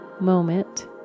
moment